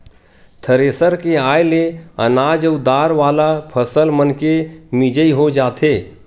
thresher के आये ले अनाज अउ दार वाला फसल मनके मिजई हो जाथे